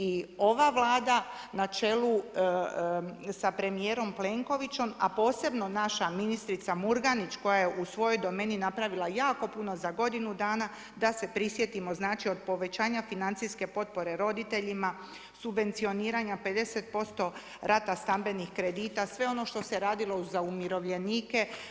I ova Vlada na čelu sa premijerom Plenkovićem, a posebno naša ministrica Murganić koja je u svojoj domeni napravila jako puno za godinu dana da se prisjetimo znači od povećanja financijske potpore roditeljima, subvencioniranja 50% rata stambenih kredita, sve ono što se radilo za umirovljenike.